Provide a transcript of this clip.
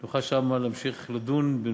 אני אשמח מאוד להופיע.